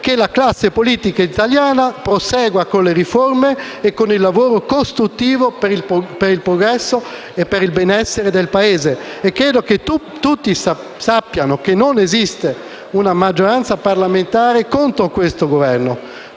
che la classe politica italiana prosegua con le riforme e con il lavoro costruttivo per il progresso e il benessere del Paese. Credo che tutti sappiano che non esiste una maggioranza parlamentare contro questo Governo,